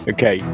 Okay